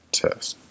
test